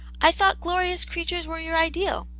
i thought glorious creatures were your ideal,